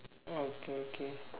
okay okay